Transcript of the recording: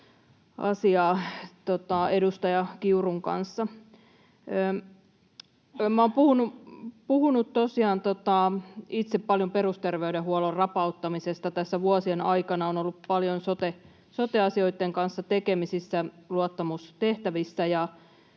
asiaa edustaja Kiurun kanssa. Minä olen puhunut tosiaan itse paljon perusterveydenhuollon rapauttamisesta tässä vuosien aikana, olen ollut paljon sote-asioitten kanssa tekemisissä luottamustehtävissä,